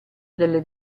delle